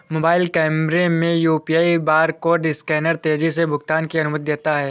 mobile कैमरे में UPI barcode scanner तेजी से भुगतान की अनुमति देता है